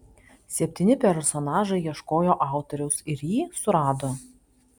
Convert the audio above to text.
septyni personažai ieškojo autoriaus ir jį surado